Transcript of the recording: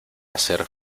hacer